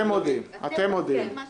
אין מה לעשות.